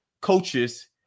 coaches